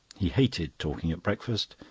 he hated talking at breakfast,